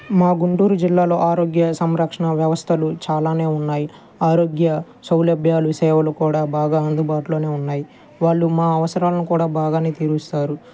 మా గుంటూరు జిల్లాలో ఆరోగ్య సంరక్షణ వ్యవస్థలు చాలానే ఉన్నాయి ఆరోగ్య సౌలభ్యాలు సేవలు కూడా బాగా అందుబాటులోనే ఉన్నాయి వాళ్ళు మా అవసరాలను కూడా బాగానే తీరుస్తారు